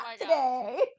today